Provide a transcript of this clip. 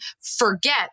forget